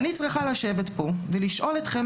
אני צריכה לשבת פה ולשאול אתכם,